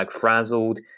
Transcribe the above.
frazzled